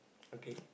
okay